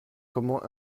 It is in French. comment